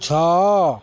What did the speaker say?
ଛଅ